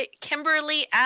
Kimberly